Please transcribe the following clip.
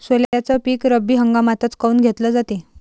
सोल्याचं पीक रब्बी हंगामातच काऊन घेतलं जाते?